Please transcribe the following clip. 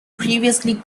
previously